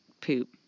poop